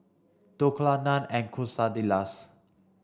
Dhokla Naan and Quesadillas